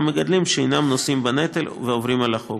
מגדלים שאינם נושאים בנטל ועוברים על החוק.